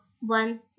one